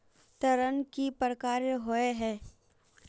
ऋण कई प्रकार होए है?